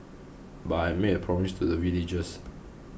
but I made promise to the villagers